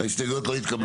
ההסתייגויות לא התקבלו.